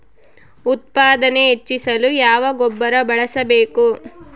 ಉತ್ಪಾದನೆ ಹೆಚ್ಚಿಸಲು ಯಾವ ಗೊಬ್ಬರ ಬಳಸಬೇಕು?